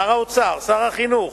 שר האוצר, שר החינוך,